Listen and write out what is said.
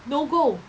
no goal